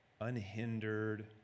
unhindered